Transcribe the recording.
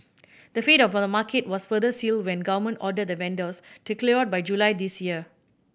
the fate of the market was further sealed when government ordered the vendors to clear out by July this year